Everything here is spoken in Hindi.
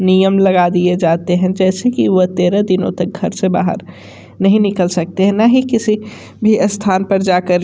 नियम लगा दिए जाते हैं जैसे कि वह तेरह दिनों तक घर से बाहर नहीं निकल सकते हैं ना ही किसी भी स्थान पर जा कर